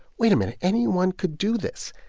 wait a minute, anyone could do this.